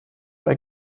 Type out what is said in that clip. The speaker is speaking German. bei